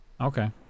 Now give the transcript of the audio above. Okay